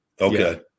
Okay